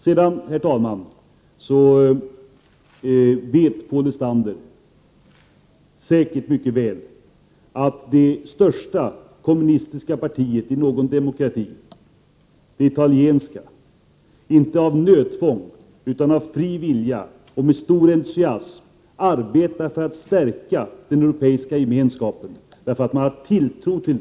Sedan, herr talman, vill jag säga att Paul Lestander säkerligen mycket väl vet att det största kommunistiska partiet i någon demokrati, det italienska, inte av nödtvång utan av fri vilja och med stor entusiasm arbetar för att stärka den Europeiska gemenskapen, därför att man har tilltro denna.